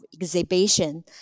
exhibition